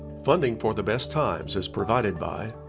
funding for the best times is provided by